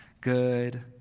good